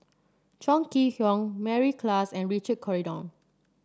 Chong Kee Hiong Mary Klass and Richard Corridon